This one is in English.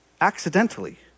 accidentally